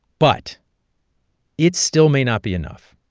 but it still may not be enough,